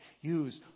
Use